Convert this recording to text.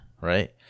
right